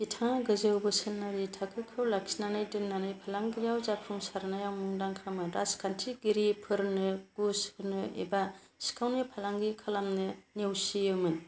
बिथाङा गोजौ बोसोनारि थाखोखौ लाखिनानै दोननानै फालांगियाव जाफुंसारनायाव मुंदाखामोन राजखान्थिगिरिफोरनो घुस होनो एबा सिखावनि फालांगि खालामनो नेवसियोमोन